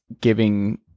giving